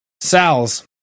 Sal's